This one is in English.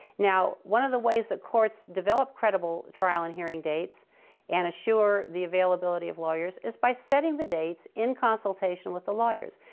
now, one of the ways that courts develop credible trial and hearing dates and assure the availability of lawyers is by setting the dates in consultation with the lawyers.